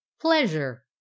pleasure